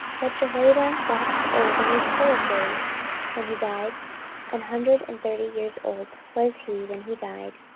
but jehoiada waxed old, and was full of days when he died an hundred and thirty years old was he when he died.